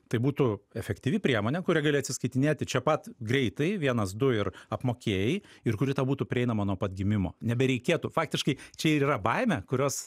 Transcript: tai būtų efektyvi priemonė kuria gali atsiskaitinėti čia pat greitai vienas du ir apmokėjai ir kuri tau būtų prieinama nuo pat gimimo nebereikėtų faktiškai čia ir yra baimė kurios